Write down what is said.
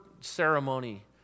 ceremony